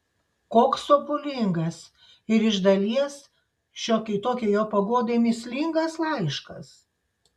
koks sopulingas ir iš dalies šiokiai tokiai jo paguodai mįslingas laiškas